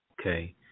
Okay